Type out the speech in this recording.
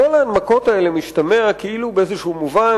מכל ההנמקות האלה משתמע כאילו באיזשהו מובן